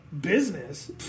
Business